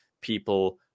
people